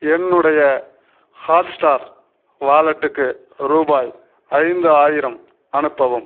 என்னுடைய ஹாட்ஸ்டார் வாலெட்டுக்கு ரூபாய் ஐந்தாயிரம் அனுப்பவும்